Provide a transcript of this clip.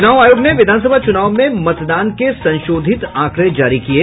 चुनाव आयोग ने विधानसभा चुनाव में मतदान के संशोधित आंकड़े जारी किये